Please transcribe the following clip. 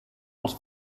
els